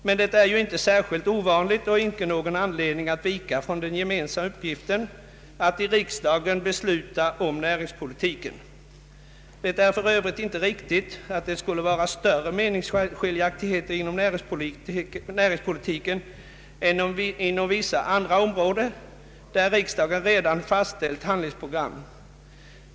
Men det är ju inte särskilt ovanligt och inte någon anledning att vika från den gemensamma uppgiften att i riksdagen besluta om näringspolitiken. Det är för övrigt inte riktigt att det skulle vara större meningsskiljaktigheter inom näringspolitiken än inom vissa andra områden, där riksdagen redan fastställt handlingsprogram.